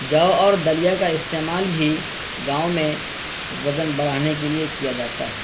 جو اور دلیا کا استعمال بھی گاؤں میں وزن بڑھانے کے لیے کیا جاتا ہے